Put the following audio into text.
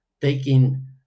taking